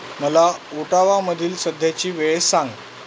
मला ओटावामधील सध्याची वेळ सांग